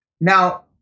Now